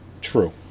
true